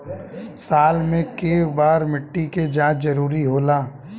साल में केय बार मिट्टी के जाँच जरूरी होला?